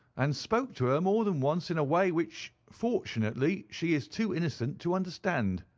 and spoke to her more than once in a way which, fortunately, she is too innocent to understand.